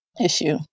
issue